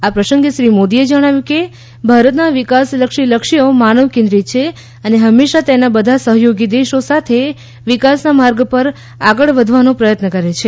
આ પ્રસંગે શ્રી મોદીએ જણાવ્યું કે ભારતના વિકાસલક્ષી લક્ષ્યો માનવ કેન્દ્રિત છે અને હંમેશાં તેના બધા સહયોગી દેશો સાથે વિકાસના માર્ગ પર આગળ વધવાનો પ્રયત્ન કરે છે